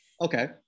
Okay